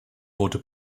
wurde